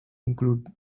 include